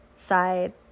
side